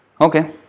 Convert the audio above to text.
Okay